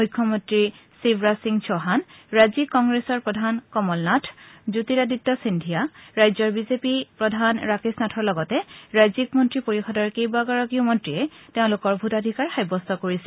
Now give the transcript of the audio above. মুখ্যমন্ত্ৰী শিৱৰাজ সিং চৌহান ৰাজ্যিক কংগ্ৰেছ প্ৰধান কমল নাথ জ্যোতিৰাদিত্য সিন্ধিয়া ৰাজ্যৰ বিজেপি প্ৰধান ৰাকেশ নাথৰ লগতে ৰাজ্যিক মন্ত্ৰী পৰিষদৰ কেইবাগৰাকীও মন্ত্ৰীয়ে তেওঁলোকৰ ভোটাধিকাৰ সাব্যস্ত কৰিছে